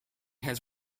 has